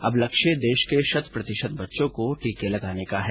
अब लक्ष्य देश के शत प्रतिशत बच्चों को टीके लगाने का है